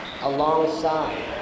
alongside